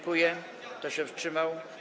Kto się wstrzymał?